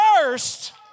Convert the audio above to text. first